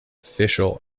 official